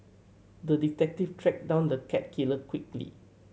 the detective tracked down the cat killer quickly